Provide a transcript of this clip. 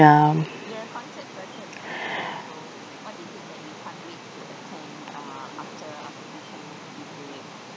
ya